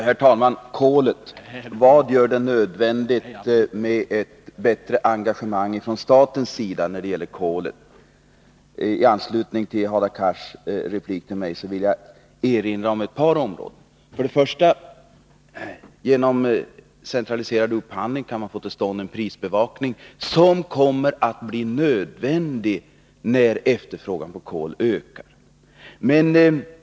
Herr talman! Vad gör det nödvändigt med ett bättre engagemang från statens sida när det gäller kolet, frågas det. I anslutning till Hadar Cars replik till mig vill jag erinra om ett par områden. För det första kan man genom centraliserad upphandling få till stånd prisbevakning, som kommer att bli nödvändig när efterfrågan på kol ökar.